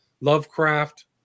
Lovecraft